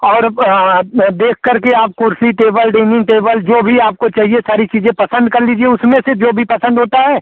और देख कर के आप कुर्सी टेबल डीनिंग टेबल जो भी आपको चाहिए सारी चीज़ें पसंद कल लीजिए उसमें से जो भी पसंद होता है